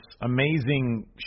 amazing